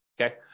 okay